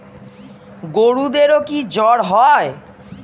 গরুদেরও কি জ্বর হয়?